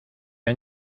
han